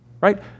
Right